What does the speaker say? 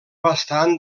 bastant